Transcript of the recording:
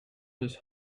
his